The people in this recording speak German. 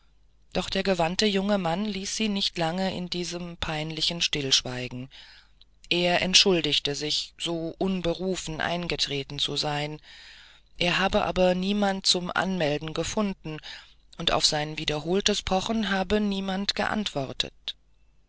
doch der gewandte junge mann ließ sie nicht lange in diesem peinlichen stillschweigen er entschuldigte sich so unberufen eingetreten zu sein er habe aber niemand zum anmelden gefunden und auf sein wiederholtes pochen habe niemand geantwortet